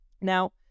Now